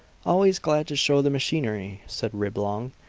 always glad to show the machinery, said reblong,